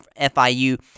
FIU